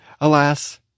alas